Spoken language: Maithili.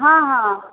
हँ हँ